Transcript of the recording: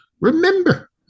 Remember